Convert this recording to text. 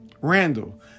Randall